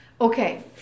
Okay